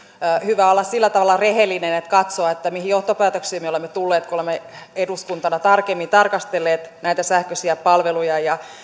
hyvä olla sillä tavalla rehellinen että katsoo mihin johtopäätöksiin me olemme tulleet kun olemme eduskuntana tarkemmin tarkastelleet näitä sähköisiä palveluja